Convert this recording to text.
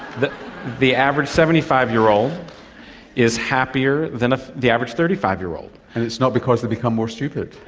the the average seventy five year old is happier than ah the average thirty five year old. and it's not because they become more stupid.